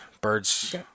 birds